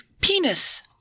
penis